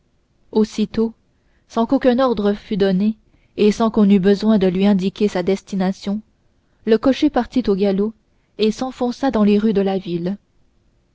aussitôt sans qu'aucun ordre fût donné et sans qu'on eût besoin de lui indiquer sa destination le cocher partit au galop et s'enfonça dans les rues de la ville